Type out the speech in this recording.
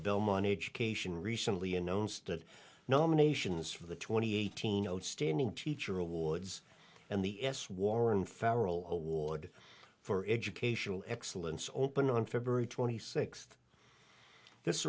belmont education recently announced that nominations for the twenty eighteen outstanding teacher awards and the s warren farrel award for educational excellence opened on february twenty sixth this